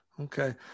Okay